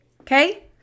okay